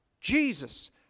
Jesus